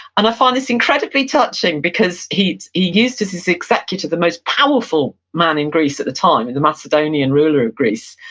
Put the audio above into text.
and i find this incredibly touching, because he used as his executor the most powerful man in greece at the time, in the macedonian ruler of greece,